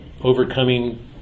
overcoming